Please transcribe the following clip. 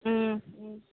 ம் ம்